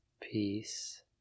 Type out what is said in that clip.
peace